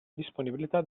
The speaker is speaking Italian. disponibilità